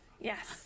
Yes